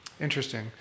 Interesting